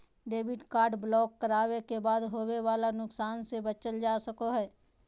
debit card block करावे के बाद होवे वाला नुकसान से बचल जा सको हय